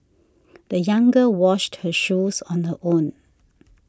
the young girl washed her shoes on her own